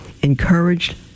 encouraged